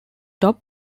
top